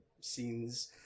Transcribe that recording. scenes